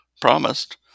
promised